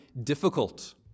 difficult